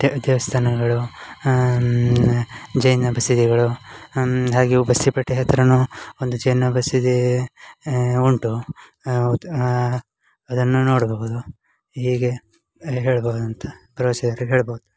ದೇವಸ್ಥಾನಗಳು ಜೈನ ಬಸದಿಗಳು ಹಾಗೆಯೂ ಬಸ್ತಿಪೇಟೆ ಹತ್ರವೂ ಒಂದು ಜೈನ ಬಸದಿ ಉಂಟು ಹೌದು ಅದನ್ನು ನೋಡಬಹುದು ಹೀಗೆ ಹೇಳ್ಬೌದು ಅಂತ ಪ್ರವಾಸಿಗರಿಗೆ ಹೇಳ್ಬೌದು